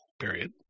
period